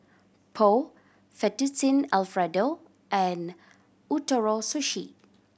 Pho Fettuccine Alfredo and Ootoro Sushi